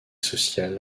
social